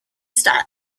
style